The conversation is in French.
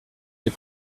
des